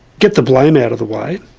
get the blame out of the way,